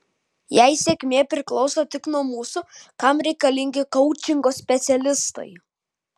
jei sėkmė priklauso tik nuo mūsų pačių kam reikalingi koučingo specialistai